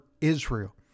Israel